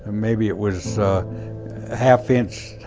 maybe it was half inch,